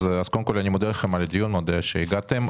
אני מודה לכם על הדיון, מודה לכם שהגעתם.